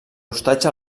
hostatja